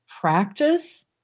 practice